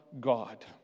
God